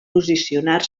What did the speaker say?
posicionar